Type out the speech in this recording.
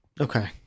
Okay